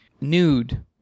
nude